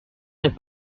n’est